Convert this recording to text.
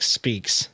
speaks